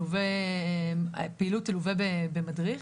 הפעילות תלווה במדריך.